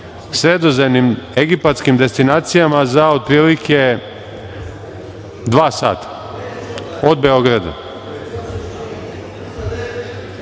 Sredozemnim egipatskim destinacijama za otprilike dva sata od Beograda.